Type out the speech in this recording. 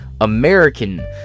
American